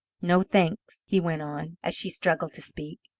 no thanks, he went on, as she struggled to speak.